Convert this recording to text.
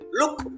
look